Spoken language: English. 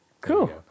Cool